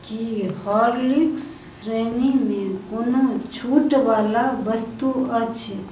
की Horlicks श्रेणी मे कोनो छूट वला वस्तु अछि